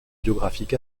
biographiques